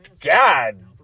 God